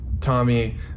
Tommy